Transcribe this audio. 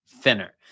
thinner